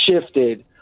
shifted